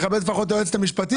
לפחות תכבד את היועצת המשפטית.